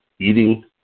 eating